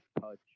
touch